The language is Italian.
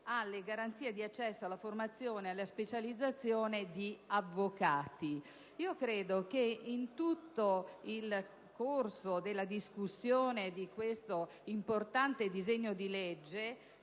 alle garanzie di accesso, alla formazione e alla specializzazione di avvocati. Io credo che in tutto il corso della discussione di questo importante disegno di legge